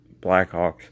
blackhawks